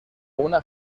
una